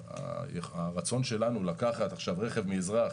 הרצון שלנו לקחת עכשיו רכב מאזרח